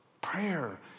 Prayer